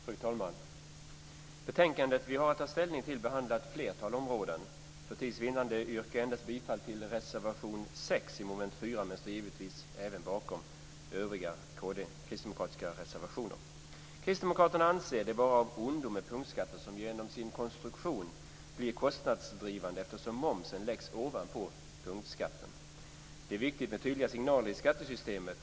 Fru talman! Betänkandet som vi har att ta ställning till behandlar ett flertal områden. För tids vinnande yrkar jag bifall endast till reservation 6 under mom. 4 men står givetvis bakom även övriga kristdemokratiska reservationer. Kristdemokraterna anser det vara av ondo med punktskatter som genom sin konstruktion blir kostnadsdrivande eftersom momsen läggs ovanpå punktskatten. Det är viktigt med trygga signaler i skattesystemet.